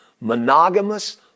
monogamous